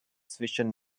zwischen